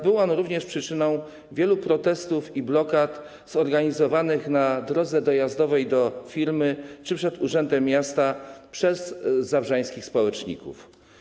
Był on również przyczyną wielu protestów i blokad zorganizowanych na drodze dojazdowej do firmy czy przed urzędem miasta przez zabrzańskich społeczników.